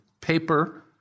paper